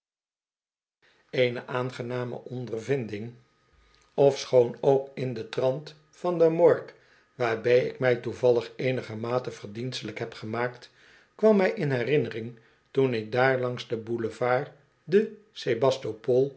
eene aangename ondervinding ofschoon ook in den trant van de morgue waarbij ik mij toevallig eenigermate verdienstelijk heb gemaakt kwam mij in herinnering toen ik daar langs den boulevard de